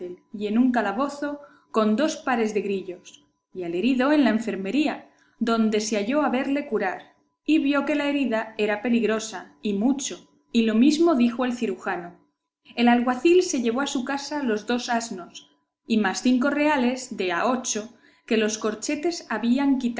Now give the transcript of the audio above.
y en un calabozo con dos pares de grillos y al herido en la enfermería donde se halló a verle curar y vio que la herida era peligrosa y mucho y lo mismo dijo el cirujano el alguacil se llevó a su casa los dos asnos y más cinco reales de a ocho que los corchetes habían